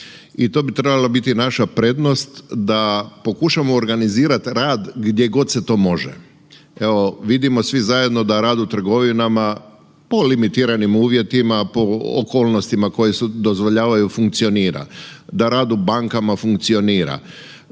i to bi trebala biti naša prednost, da pokušamo organizirati rad gdje god se to može. Evo vidimo svi zajedno da rad u trgovina po limitiranim uvjetima, po okolnostima koje se dozvoljavaju funkcionira, da rad u bankama funkcionira,